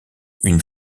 une